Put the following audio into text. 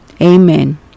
Amen